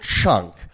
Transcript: chunk